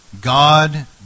God